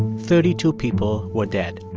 thirty two people were dead.